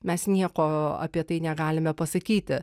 mes nieko apie tai negalime pasakyti